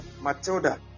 Matilda